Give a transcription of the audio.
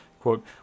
Quote